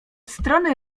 strony